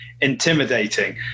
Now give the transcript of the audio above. intimidating